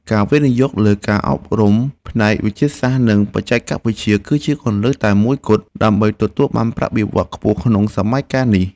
ការវិនិយោគលើការអប់រំផ្នែកវិទ្យាសាស្ត្រនិងបច្ចេកវិទ្យា គឺជាគន្លឹះតែមួយគត់ដើម្បីទទួលបានប្រាក់បៀវត្សរ៍ខ្ពស់ក្នុងសម័យកាលនេះ។